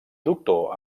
doctor